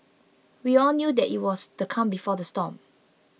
we all knew that it was the calm before the storm